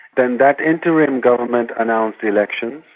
then that interim government announced elections,